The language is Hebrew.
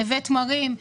נווה תמרים.